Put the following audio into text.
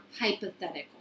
hypothetical